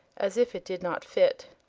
as if it did not fit.